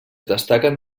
destaquen